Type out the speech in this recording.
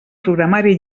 programari